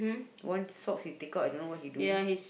one socks he take out I don't know what he doing